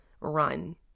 run